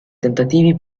tentativi